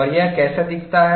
और यह कैसा दिखता है